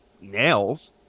nails